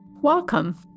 Welcome